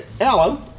Alan